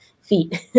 feet